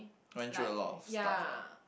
went through a lot of stuff lah